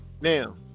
Now